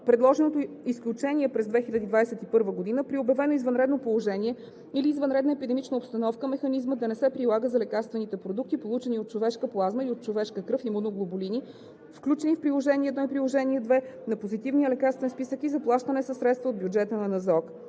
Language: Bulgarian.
предложеното изключение през 2021 г. при обявено извънредно положение или извънредна епидемична обстановка механизмът да не се прилага за лекарствените продукти, получени от човешка плазма или от човешка кръв – имуноглобулини, включени в Приложение № 1 и Приложение № 2 на Позитивния лекарствен списък и заплащани със средства от бюджета на